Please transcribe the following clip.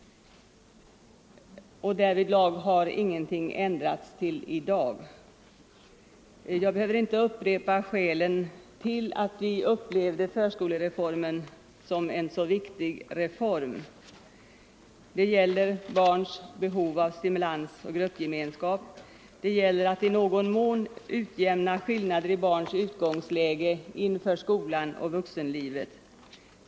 Därvidlag har ingenting ändrats till i dag. Jag behöver inte upprepa skälen till att vi upplevde förskolereformen som en viktig reform. Det gäller barns behov av stimulans och gruppgemenskap. Det gäller att i någon mån utjämna skillnader i barns utgångsläge inför skolan och vuxenlivet.